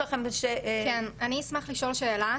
אני אשמח לשאול שאלה.